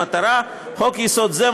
המטרה: "חוק-יסוד זה,